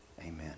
amen